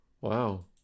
Wow